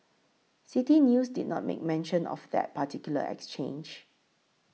City News did not make mention of that particular exchange